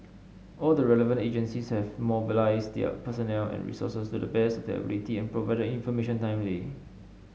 all the relevant agencies have mobilised their personnel and resources to the best their ability provided information timely